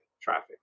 traffic